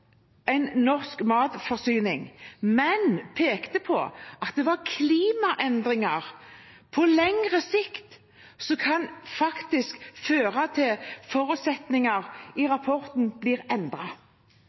en pekte på at det var klimaendringer som på lengre sikt faktisk kan føre til at forutsetninger i